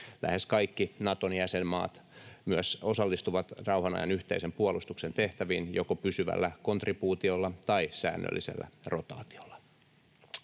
Lähes kaikki Naton jäsenmaat myös osallistuvat rauhan ajan yhteisen puolustuksen tehtäviin joko pysyvällä kontribuutiolla tai säännöllisellä rotaatiolla.